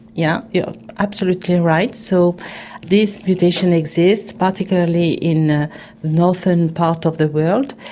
yeah yeah absolutely right. so this mutation exists, particularly in the northern part of the world.